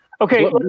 Okay